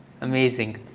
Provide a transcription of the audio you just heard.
amazing